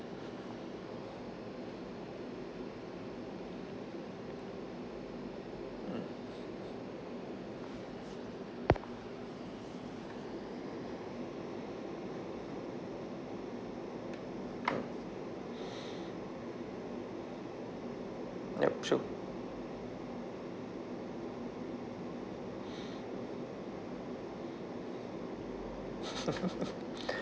mm yup true